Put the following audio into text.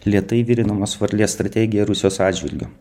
lėtai virinamos varlės strategija rusijos atžvilgiu